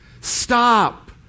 Stop